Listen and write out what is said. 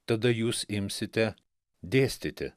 tada jūs imsite dėstyti